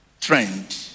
trend